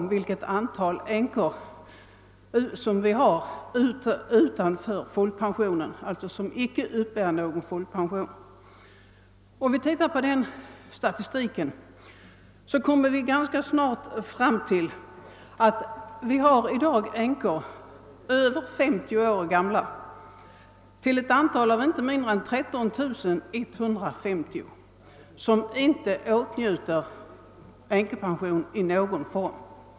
Det är den grupp som i den statistiska tabellen i Om vi ser på denna statistik, kommer vi ganska snart fram till att vi i dag har änkor som är över 50 år gamla till ett antal av icke mindre än 13150. Dessa åtnjuter inte änkepension i någon form.